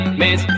miss